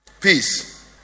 Peace